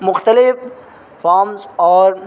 مختلف فارمس اور